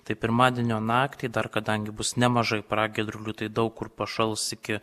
tai pirmadienio naktį dar kadangi bus nemažai pragiedrulių tai daug kur pašals iki